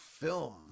film